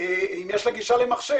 אם יש להן גישה למחשב.